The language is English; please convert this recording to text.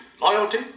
loyalty